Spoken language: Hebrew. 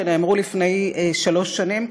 שנאמרו לפני שלוש שנים,